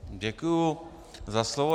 Děkuju za slovo.